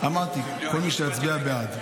אמרתי, כל מי שיצביע בעד.